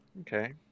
Okay